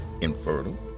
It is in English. infertile